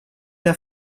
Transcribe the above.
der